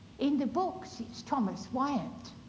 in the books, it's thomas wyatt.